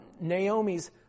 Naomi's